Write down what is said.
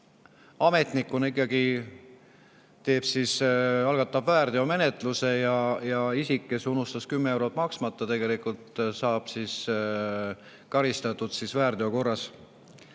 ametnikuna alati algatab väärteomenetluse ja isik, kes unustas 10 eurot maksmata, tegelikult saab karistatud väärteo korras.